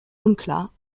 unklar